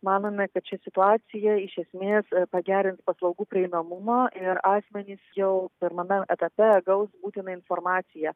manome kad ši situacija iš esmės pagerins paslaugų prieinamumą ir asmenys jau pirmame etape gaus būtiną informaciją